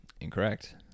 Incorrect